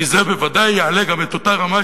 כי זה בוודאי יעלה גם את אותה רמה,